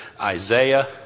Isaiah